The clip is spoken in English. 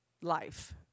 life